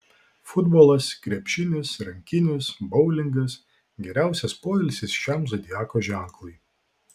futbolas krepšinis rankinis boulingas geriausias poilsis šiam zodiako ženklui